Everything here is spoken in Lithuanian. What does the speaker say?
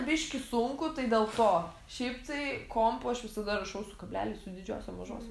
biškį sunku tai dėl to šiaip tai kompu aš visada rašau su kableliais su didžiosiom mažosiom